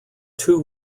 two